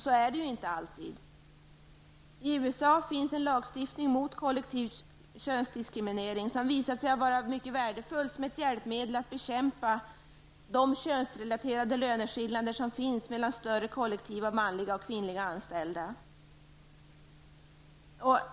Så är det ju inte alltid. I USA finns en lagstiftning mot kollektiv könsdiskriminering som visat sig vara mycket värdefull som hjälpmedel när det gäller att bekämpa de könsrelaterade löneskillnader som finns mellan större kollektiv av manliga och kvinnliga anställda.